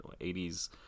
80s